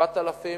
7,000